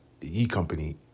e-company